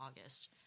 august